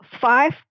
five